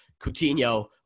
Coutinho